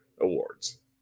awards